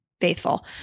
faithful